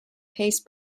pace